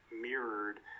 mirrored